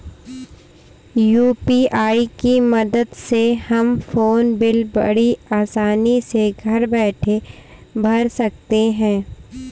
UPI की मदद से हम फ़ोन बिल बड़ी आसानी से घर बैठे भर सकते हैं